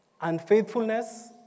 unfaithfulness